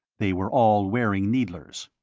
they were all wearing needlers.